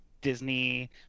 Disney